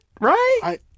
right